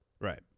Right